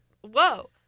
Whoa